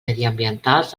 mediambientals